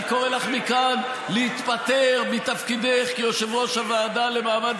אני קורא לך מכאן להתפטר מתפקידך כיושבת-ראש הוועדה לקידום מעמד